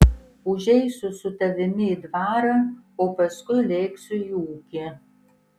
užeisiu su tavimi į dvarą o paskui lėksiu į ūkį